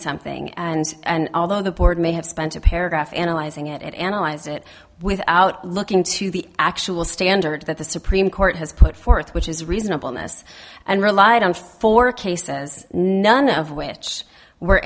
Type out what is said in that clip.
something and although the board may have spent a paragraph analyzing it analyze it without looking to the actual standard that the supreme court has put forth which is reasonable in this and relied on four cases none of which were